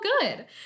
good